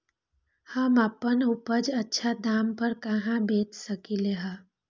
हम अपन उपज अच्छा दाम पर कहाँ बेच सकीले ह?